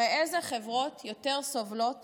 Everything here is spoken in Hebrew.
הרי איזה חברות יותר סובלות